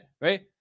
Right